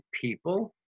people